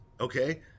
Okay